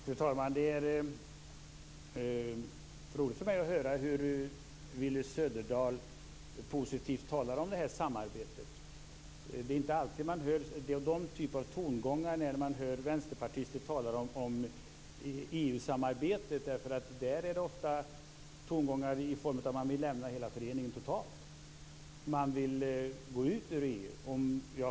Fru talman! Det är roligt att höra Willy Söderdahl tala positivt om det här samarbetet. Det är inte alltid man hör de tongångarna när vänsterpartister talar om EU-samarbete. Det handlar ofta om att man vill lämna hela föreningen totalt. Man vill gå ur EU.